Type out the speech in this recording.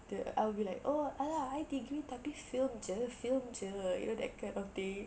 the I'll be like oh ah lah I degree tapi film jer film jer you know that kind of thing